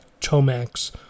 Tomax